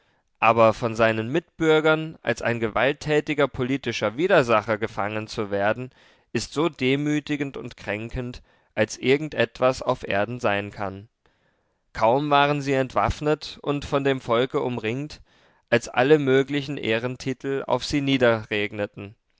aber von seinen mitbürgern als ein gewalttätiger politischer widersacher gefangen zu werden ist so demütigend und kränkend als irgend etwas auf erden sein kann kaum waren sie entwaffnet und von dem volke umringt als alle möglichen ehrentitel auf sie